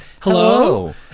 hello